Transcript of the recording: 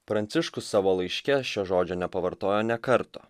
pranciškus savo laiške šio žodžio nepavartojo nė karto